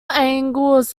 angles